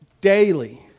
daily